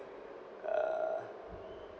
uh